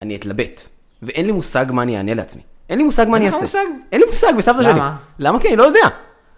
אני אתלבט, ואין לי מושג מה אני אענה לעצמי. אין לי מושג מה אני אעשה. אין לך מושג? אין לי מושג, בסבתא שלי. למה? למה? כי אני לא יודע.